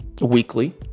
weekly